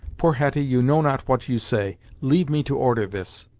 poor hetty, you know not what you say. leave me to order this.